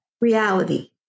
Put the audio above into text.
reality